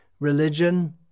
religion